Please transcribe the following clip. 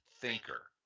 thinker